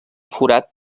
forat